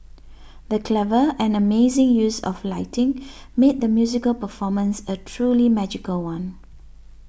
the clever and amazing use of lighting made the musical performance a truly magical one